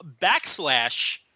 backslash